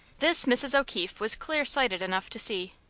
this mrs. o'keefe was clear-sighted enough to see.